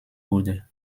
wurde